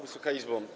Wysoka Izbo!